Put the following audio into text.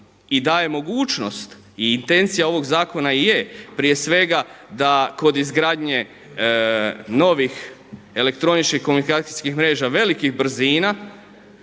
i daje mogućnost i intencija ovog zakona i je prije svega da kod izgradnje novih elektroničkih komunikacijskih mreža velikih brzina